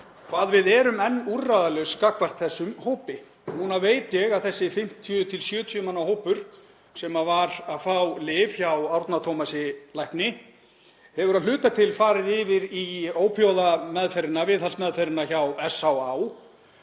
hvað við erum enn úrræðalaus gagnvart þessum hópi. Núna veit ég að þessi 50–70 manna hópur sem var að fá lyf hjá Árna Tómasi lækni hefur að hluta til farið yfir í ópíóíðameðferðina, viðhaldsmeðferðina hjá SÁÁ.